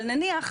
אבל נניח,